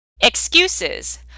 Excuses